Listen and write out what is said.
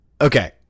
Okay